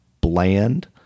bland